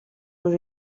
dos